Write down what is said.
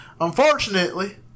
Unfortunately